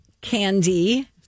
candy